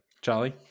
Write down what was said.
Charlie